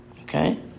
okay